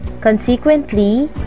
consequently